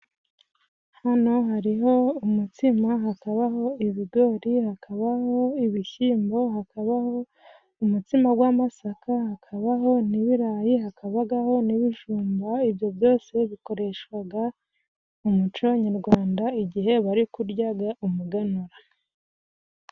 Hano hariho:Umutsima, hakabaho ibigori, hakabaho ibishimbo, hakabaho umutsima w'amasaka, hakabaho n'ibirayi, hakabaho n'ibijumba. Ibyo byose bikoreshwaga mu muco nyarwanda, igihe bari kuryaga umuganura.